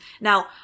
Now